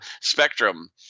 Spectrum